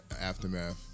Aftermath